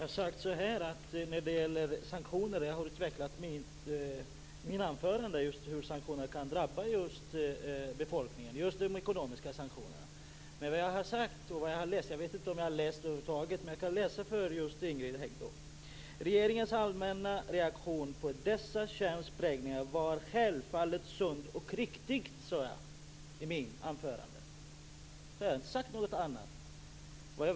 Fru talman! När det gäller sanktioner utvecklade jag i mitt anförande hur just ekonomiska sanktioner kan drabba befolkningen. Jag kan läsa upp för Carina Hägg vad jag sade i mitt anförande: Regeringens allmänna reaktion på dessa kärnsprängningar var självfallet sund och riktig. Jag har inte sagt något annat.